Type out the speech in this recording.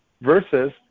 Versus